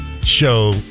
show